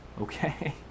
Okay